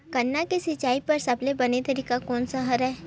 गन्ना के सिंचाई बर सबले बने तरीका कोन से हवय?